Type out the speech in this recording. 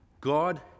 God